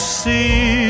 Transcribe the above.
see